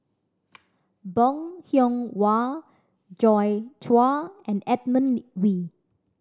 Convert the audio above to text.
Bong Hiong Hwa Joi Chua and Edmund Wee